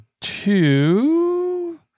two